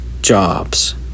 jobs